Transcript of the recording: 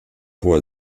hoher